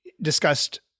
discussed